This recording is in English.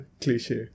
cliche